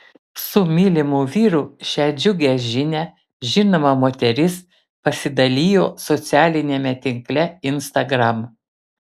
su mylimu vyru šia džiugia žinia žinoma moteris pasidalijo socialiniame tinkle instagram